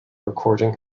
recording